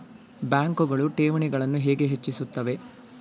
ಬ್ಯಾಂಕುಗಳು ಠೇವಣಿಗಳನ್ನು ಹೇಗೆ ಹೆಚ್ಚಿಸುತ್ತವೆ?